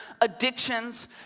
addictions